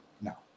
No